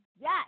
Yes